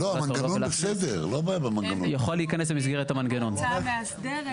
יכול להיכנס במסגרת המנגנון,